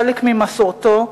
חלק ממסורתו,